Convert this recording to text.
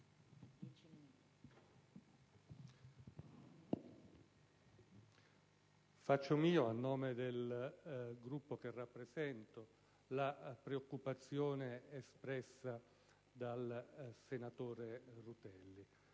faccio mia, a nome del Gruppo che rappresento, la preoccupazione espressa dal senatore Rutelli.